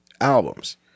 albums